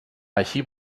així